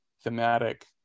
thematic